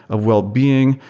of well-being,